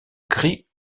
gris